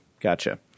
Gotcha